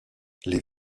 les